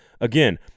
Again